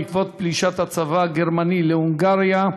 בעקבות פלישת הצבא הגרמני להונגריה,